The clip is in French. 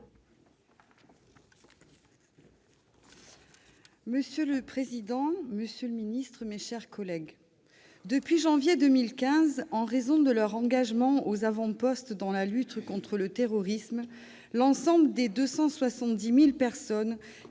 Monsieur le président, monsieur le ministre, mes chers collègues, depuis janvier 2015, en raison de leur engagement aux avant-postes dans la lutte contre le terrorisme, les 270 000 personnes